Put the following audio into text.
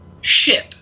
ship